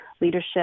Leadership